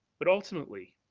but ultimately,